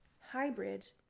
hybrid